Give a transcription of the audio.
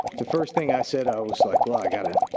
the first thing i said, i was like. well i gotta